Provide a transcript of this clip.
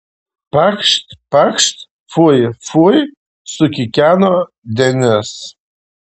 pakšt pakšt fui fui sukikeno denis